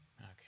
Okay